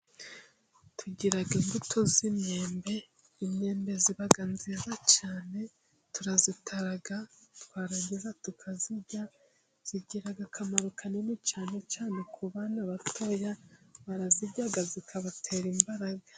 Tugiraga imbuto z'immyembe, imyembe iba myiza cyane turazitara twaragiza tukazirya, zigiraga akamaro kanini cyane cyane, kubana batoya barazirya zikabatera imbaraga.